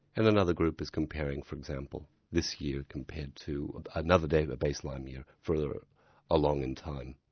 and another group is comparing for example this year compared to another data baseline year further along in time.